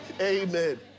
amen